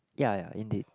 ya ya indeed